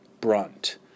brunt